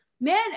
man